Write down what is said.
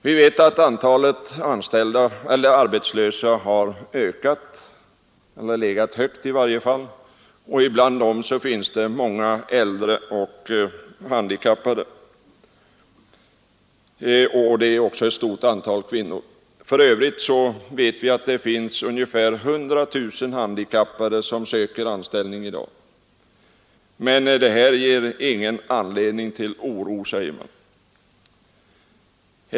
Vi vet att antalet arbetslösa har ökat eller i varje fall har legat högt och att det bland dem finns många äldre, handikappade och kvinnor. Vi känner också till att ungefär 100000 handikappade i dag söker anställning. Ändå säger man att detta inte ger någon anledning till oro.